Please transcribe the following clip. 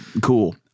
cool